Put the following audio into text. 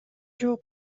жок